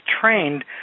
trained